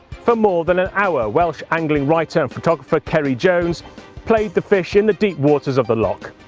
for more than an hour, welsh angling writer and photographer ceri jones played the fish in the deep waters of the loch.